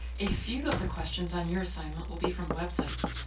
a few of the questions on your assignment will be from websites.